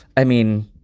i mean,